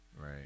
Right